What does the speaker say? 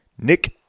Nick